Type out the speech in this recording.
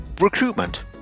recruitment